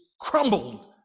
crumbled